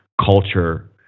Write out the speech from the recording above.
culture